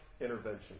intervention